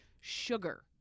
sugar